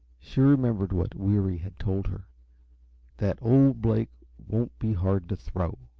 she remembered what weary had told her that old blake won't be hard to throw.